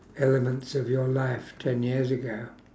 elements of your life ten years ago